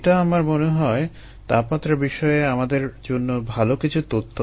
এটা আমার মনে হয় তাপমাত্রা বিষয়ে আমাদের জন্য ভাল কিছু তথ্য